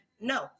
no